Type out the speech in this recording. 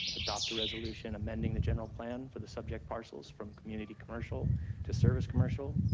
adopt a resolution amending the general plan for the subject parcels from community commercial to service commercial,